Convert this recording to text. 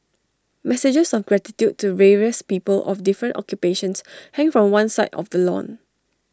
messages of gratitude to various people of different occupations hang from one side of the lawn